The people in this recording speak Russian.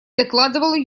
докладывал